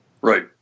right